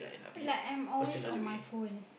like I'm always on my phone